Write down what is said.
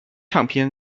唱片